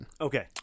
Okay